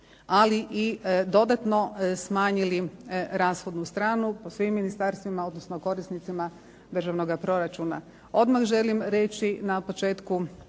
ali i dodatno smanjili rashodnu stranu po svim ministarstvima, odnosno korisnicima državnoga proračuna. Odmah želim reći na početku